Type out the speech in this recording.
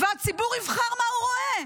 והציבור יבחר מה הוא רואה.